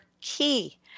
key